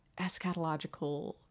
eschatological